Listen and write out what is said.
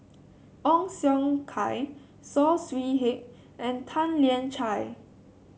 Ong Siong Kai Saw Swee Hock and Tan Lian Chye